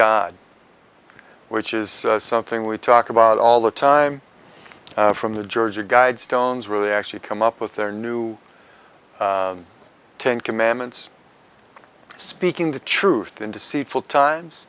god which is something we talk about all the time from the georgia guidestones where they actually come up with their new ten commandments speaking the truth in deceitful times